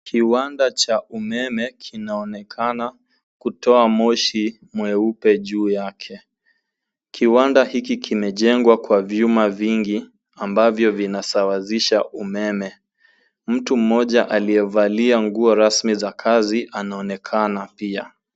Kiwanda cha umeme kinaonekana kutoa moshi mweupe juu yake. Kiwanda hiki kimejengwa kwa vyuma vingi ambavyo vinasawazisha umeme. Mtu mmoja aliyevalia nguo rasmi za kazi anaonekana pia.